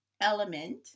element